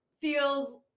feels